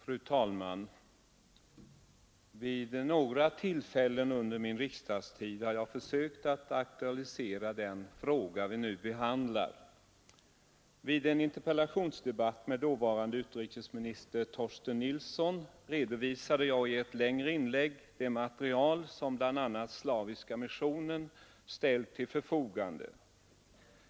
Fru talman! Vid några tillfällen under min riksdagstid har jag försökt att aktualisera den fråga vi nu behandlar. Vid en interpellationsdebatt med dåvarande utrikesministern Torsten Nilsson redovisade jag i ett längre inlägg det material som bl.a. Slaviska missionen ställt till förfogande.